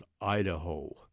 Idaho